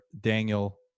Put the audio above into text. Daniel